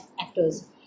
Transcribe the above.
actors